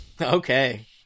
Okay